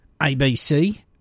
ABC